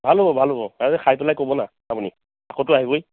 ভাল হ'ব ভাল হ'ব আৰে খাই পেলাই ক'ব না আপুনি আকৌটো আহিবই